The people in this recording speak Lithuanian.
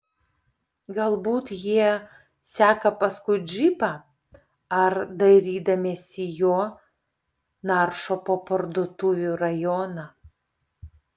galbūt jie seka paskui džipą ar dairydamiesi jo naršo po parduotuvių rajoną